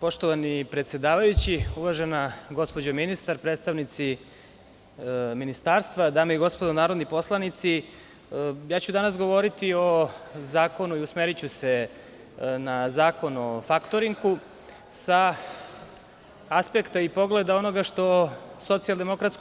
Poštovani predsedavajući, uvažena gospođo ministar, predstavnici ministarstva, dame i gospodo narodni poslanici, danas ću govoriti, usmeriću se na Zakon o faktoringu sa aspekta i povodom onoga što SDPS